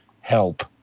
help